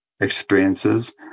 experiences